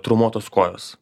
traumuotos kojos